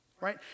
right